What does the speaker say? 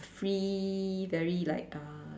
free very like uh